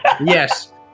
yes